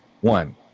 one